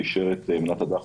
חברת הכנסת ענבר בזק,